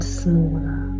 smaller